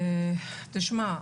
תשמע,